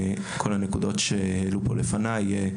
כל הנקודות שהועלו פה לפניי,